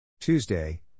Tuesday